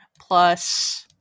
plus